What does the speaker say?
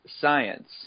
science